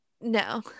No